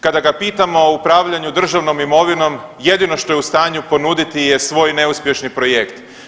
Kada ga pitamo o upravljanju državnom imovinom jedino što je u stanju ponuditi je svoj neuspješni projekt.